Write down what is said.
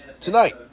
tonight